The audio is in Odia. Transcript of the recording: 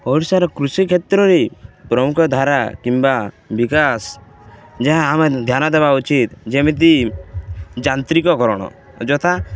ଓଡ଼ିଶାର କୃଷି କ୍ଷେତ୍ରରେ ପ୍ରମୁଖ ଧାରା କିମ୍ବା ବିକାଶ ଯାହା ଆମେ ଧ୍ୟାନ ଦେବା ଉଚିତ ଯେମିତି ଯାନ୍ତ୍ରିକକରଣ ଯଥା